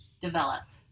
developed